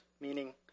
meaning